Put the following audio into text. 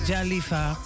Jalifa